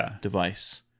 device